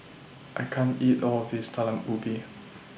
I can't eat All of This Talam Ubi